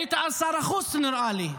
היית אז שר החוץ, נראה לי.